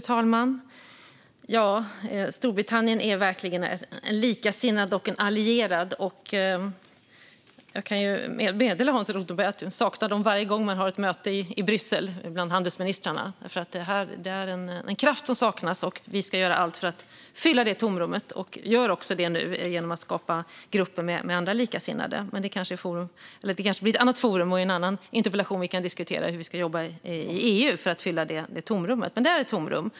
Fru talman! Storbritannien är verkligen en likasinnad och en allierad. Jag kan meddela Hans Rothenberg att jag saknar dem varje gång jag har ett möte med handelsministrarna i Bryssel. Det är en kraft som saknas, och vi ska göra allt för att fylla det tomrummet. Det gör vi också nu genom att skapa grupper med andra likasinnade. Det kanske blir i ett annat forum och i en annan interpellation vi kan diskutera hur vi ska jobba i EU för att fylla tomrummet, för det är ett tomrum.